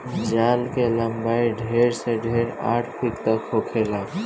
जाल के लम्बाई ढेर से ढेर आठ मीटर तक होखेला